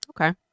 Okay